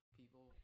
people